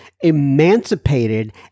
emancipated